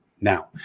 now